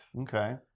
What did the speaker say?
Okay